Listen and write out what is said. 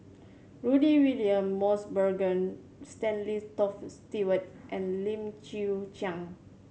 Rudy William Mosbergen Stanley Toft Stewart and Lim Chwee Chian